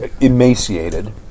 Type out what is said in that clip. emaciated